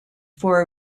for